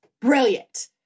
brilliant